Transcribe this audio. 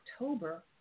October